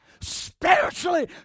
Spiritually